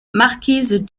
marquise